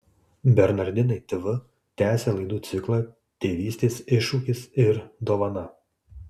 bernardinai tv tęsia laidų ciklą tėvystės iššūkis ir dovana